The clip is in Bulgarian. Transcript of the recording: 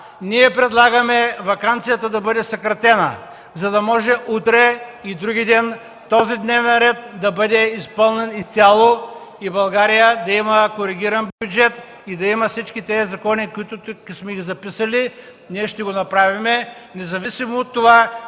Ние предлагаме ваканцията да бъде съкратена, за да може утре и вдругиден този дневен ред да бъде изпълнен изцяло и България да има коригиран бюджет и всички тези закони, които сме записали тук. Ние ще го направим независимо от това,